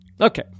Okay